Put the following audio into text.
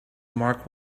mark